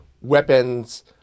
weapons